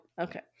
Okay